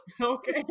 okay